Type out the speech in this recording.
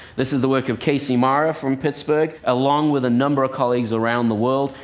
this is the work of kacey marra from pittsburgh, along with a number of colleagues around the world.